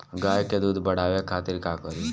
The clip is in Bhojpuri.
गाय के दूध बढ़ावे खातिर का करी?